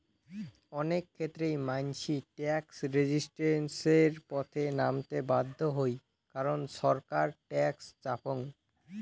অনেক ক্ষেত্রেই মানসি ট্যাক্স রেজিস্ট্যান্সের পথে নামতে বাধ্য হই কারণ ছরকার ট্যাক্স চাপং